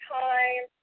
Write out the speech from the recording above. time